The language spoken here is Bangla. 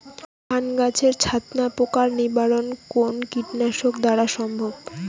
ধান গাছের ছাতনা পোকার নিবারণ কোন কীটনাশক দ্বারা সম্ভব?